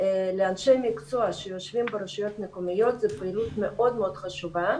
לאנשי מקצוע שיושבים ברשויות מקומיות זו פעילות מאוד חשובה.